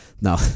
Now